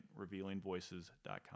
revealingvoices.com